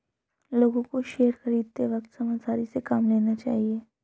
लोगों को शेयर खरीदते वक्त समझदारी से काम लेना चाहिए